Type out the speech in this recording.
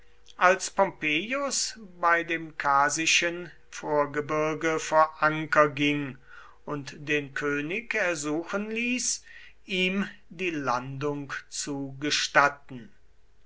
als pompeius bei dem kasischen vorgebirge vor anker ging und den könig ersuchen ließ ihm die landung zu gestatten